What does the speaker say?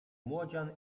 młodzian